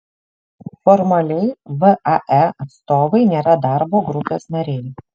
formaliai vae atstovai nėra darbo grupės nariai